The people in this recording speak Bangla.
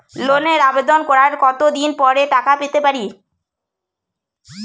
লোনের আবেদন করার কত দিন পরে টাকা পেতে পারি?